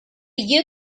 you